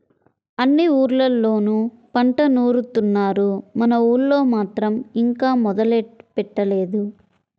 అన్ని ఊర్లళ్ళోనూ పంట నూరుత్తున్నారు, మన ఊళ్ళో మాత్రం ఇంకా మొదలే పెట్టలేదు